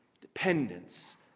dependence